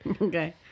Okay